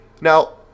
now